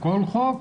כל חוק?